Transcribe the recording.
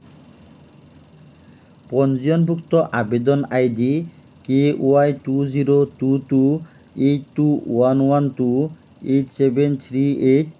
পঞ্জীয়নভুক্ত আবেদন ID K Y two zero two two eight two one one two eight seven three eight